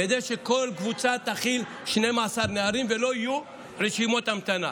כדי שכל קבוצה תכיל 12 נערים ולא יהיו רשימות המתנה.